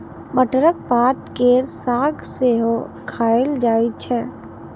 मटरक पात केर साग सेहो खाएल जाइ छै